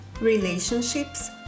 relationships